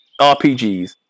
RPGs